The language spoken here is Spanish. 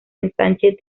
ensanche